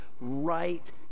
right